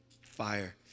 fire